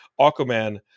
Aquaman